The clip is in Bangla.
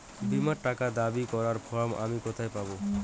বীমার টাকা দাবি করার ফর্ম আমি কোথায় পাব?